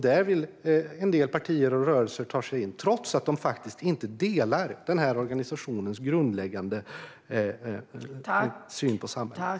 Där vill en del partier och rörelser ta sig in, trots att de faktiskt inte delar organisationens grundläggande syn på samhället.